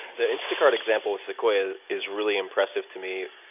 the instacart example with sequoia is really impressive to me.